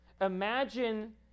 imagine